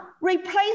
replace